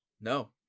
No